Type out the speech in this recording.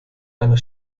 einer